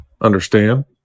understand